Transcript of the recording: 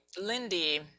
Lindy